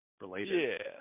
related